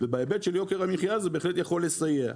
ובהיבט של יוקר המחייה הזה בהחלט יכול לסייע,